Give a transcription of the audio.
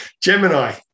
Gemini